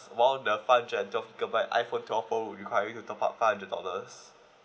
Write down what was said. while the five hundred and twelve gigabyte iphone twelve pro would require you to top up five hundred dollars